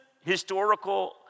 historical